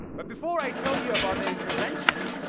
but before i tell you about the intervention,